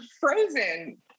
frozen